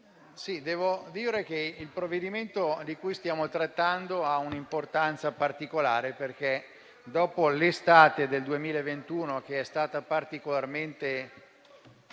devo dire che il provvedimento di cui stiamo trattando ha un'importanza particolare, perché dopo l'estate del 2021, che è stata particolarmente